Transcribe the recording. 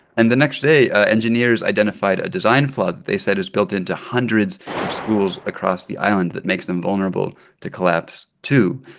and the next day, engineers identified a design flaw that they said is built into hundreds of schools across the island that makes them vulnerable to collapse, too.